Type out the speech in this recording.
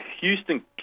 Houston